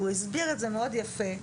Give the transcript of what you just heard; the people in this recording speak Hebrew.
והוא הסביר את זה מאוד יפה,